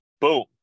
Boom